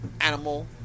animal